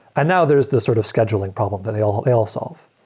now, there's the sort of scheduling problems that they all they all solve.